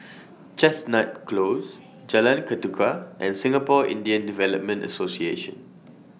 Chestnut Close Jalan Ketuka and Singapore Indian Development Association